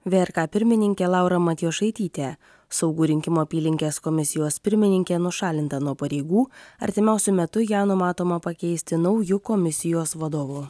vrk pirmininkė laura matijošaitytė saugų rinkimų apylinkės komisijos pirmininkė nušalinta nuo pareigų artimiausiu metu ją numatoma pakeisti nauju komisijos vadovu